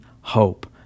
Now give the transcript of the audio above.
hope